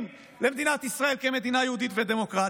למדינת ישראל כמדינה יהודית ודמוקרטית,